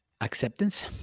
acceptance